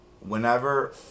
Whenever